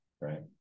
right